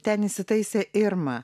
ten įsitaisė irma